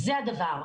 זה הדבר.